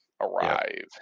arrive